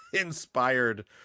inspired